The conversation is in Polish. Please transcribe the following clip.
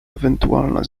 ewentualna